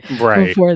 Right